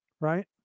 right